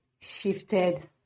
shifted